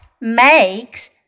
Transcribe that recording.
makes